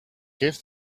give